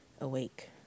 awake